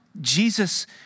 Jesus